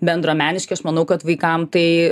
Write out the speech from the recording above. bendruomeniški aš manau kad vaikam tai